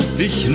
dich